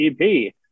EP